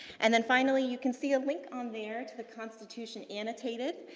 and then, finally, you can see a link on there to the constitution annotated.